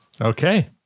Okay